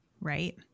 Right